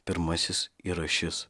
pirmasis yra šis